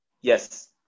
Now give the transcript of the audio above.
Yes